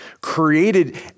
created